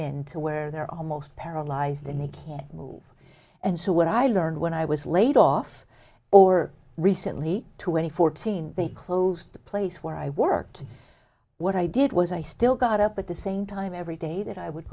into where they're almost paralyzed and they can't move and so what i learned when i was laid off or recently to a fourteen they closed the place where i worked what i did was i still got up at the same time every day that i would